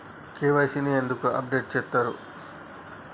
KYC ని ఎందుకు update చేత్తరు?